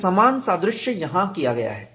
एक समान सादृश्य यहाँ किया गया है